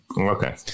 Okay